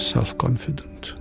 Self-confident